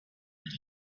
what